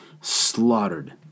slaughtered